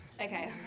Okay